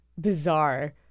bizarre